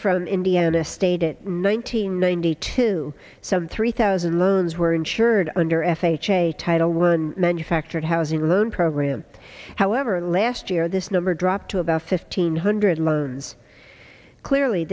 from indiana stated nine hundred ninety two some three thousand loans were insured under f h a title one manufactured housing loan program however last year this number dropped to about fifteen hundred loans clearly